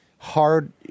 hard